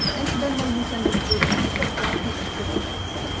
any venmo you send me will go to pizza, coffee, and cigarettes!